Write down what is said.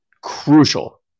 crucial